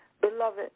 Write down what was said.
Beloved